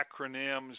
acronyms